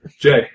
Jay